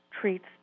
treats